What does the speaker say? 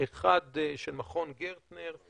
אחד של מכון גרטנר,